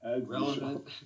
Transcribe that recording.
relevant